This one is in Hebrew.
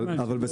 אבל,